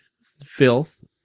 filth